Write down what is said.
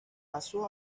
pasó